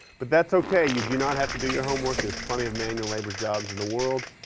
but that's okay, you do not have to do your homework, there's plenty of manual labor jobs in the world.